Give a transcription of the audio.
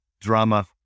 drama